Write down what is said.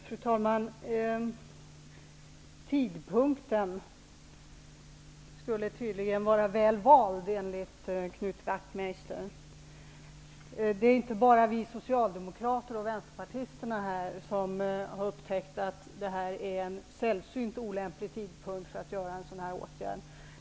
Fru talman! Tidpunkten skulle tydligen vara väl vald, enligt Knut Wachtmeister. Det är inte bara vi socialdemokrater och vänsterpartisterna som har upptäckt att det här är en sällsynt olämplig tidpunkt för att genomföra en sådan här åtgärd.